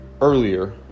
earlier